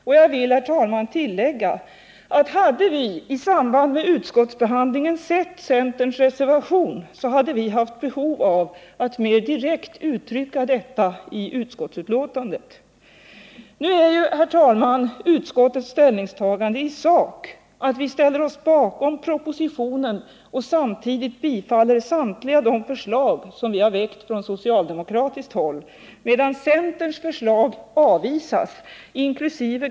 Och jag vill, herr talman, tillägga att hade vi i samband med utskottsbehandlingen sett denna reservation, så hade vi haft ett behov av att mer direkt uttrycka detta i utskottsbetänkandet. Nu är ju, herr talman, utskottets ställningstagande i sak att vi ställer oss bakom propositionen och samtidigt tillstyrker samtliga de förslag som har väckts från socialdemokratiskt håll, medan centerns förslag avvisas, inkl.